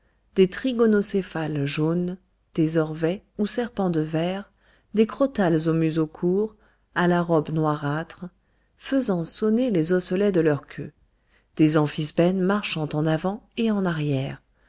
des trigonocéphales jaunes des orvets ou serpents de verre des crotales au museau court à la robe noirâtre faisant sonner les osselets de leur queue des amphisbènes marchant en avant et en arrière